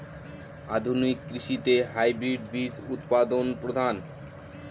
আধুনিক কৃষিতে হাইব্রিড বীজ উৎপাদন প্রধান